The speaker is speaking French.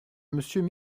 monsieur